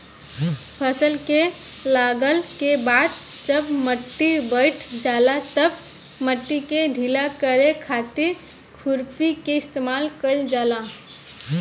फसल के लागला के बाद जब माटी बईठ जाला तब माटी के ढीला करे खातिर खुरपी के इस्तेमाल कईल जाला